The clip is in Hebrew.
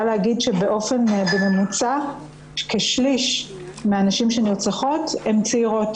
להגיד שבממוצע כשליש מהנשים שנרצחות הן צעירות.